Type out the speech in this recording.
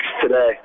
today